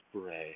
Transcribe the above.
spray